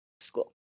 school